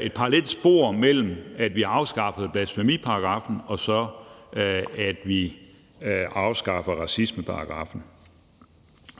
et parallelt spor mellem, at vi afskaffede blasfemiparagraffen, og så at vi afskaffer racismeparagraffen.